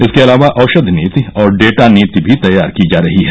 इसके अलावा औषधि नीति और डेटा नीति भी तैयार की जा रही है